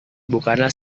bukanlah